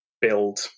build